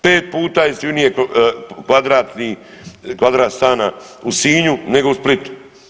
5 puta jeftinije kvadratni, kvadrat stana u Sinju nego u Splitu.